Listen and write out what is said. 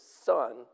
son